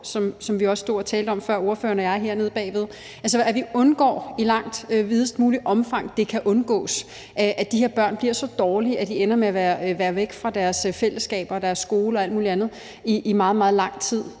og jeg stod og talte om hernede bagved, i videst muligt omfang undgår, at de her børn bliver så dårlige, at de ender med at være væk fra deres fællesskaber og deres skole og alt muligt andet i meget, meget lang tid.